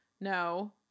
No